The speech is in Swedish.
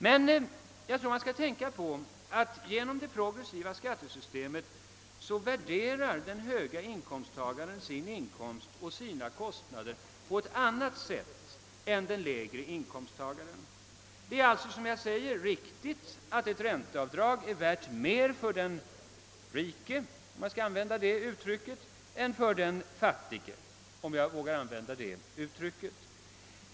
På grund av det progressiva skattesystemet värderar emellertid den högre inkomsttagaren sina inkomster och kostnader på ett annat sätt än den lägre inkomsttagaren. Det är riktigt att ett ränteavdrag är värt mer för den rike än för den fattige — om jag vågar använda sådana uttryck.